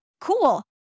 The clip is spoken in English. cool